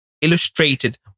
Illustrated